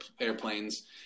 airplanes